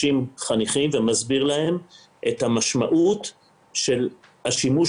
60 חניכים ומסביר להם את המשמעות של השימוש